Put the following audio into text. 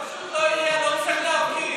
הוא פשוט לא יהיה, לא נצטרך להפגין.